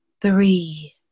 three